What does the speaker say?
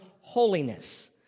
holiness